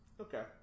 Okay